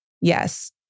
yes